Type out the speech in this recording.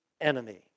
enemy